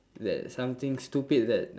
that something stupid that